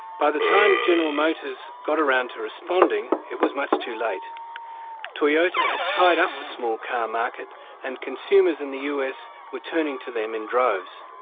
by the time general motors got around to responding it was much too late toyota had tied up the small car market and consumers in the us were turning to them in droves.